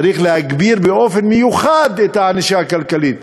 צריך להגביר באופן מיוחד את הענישה הכלכלית.